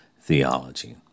Theology